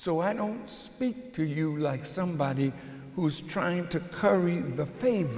so i don't speak to you like somebody who's trying to curry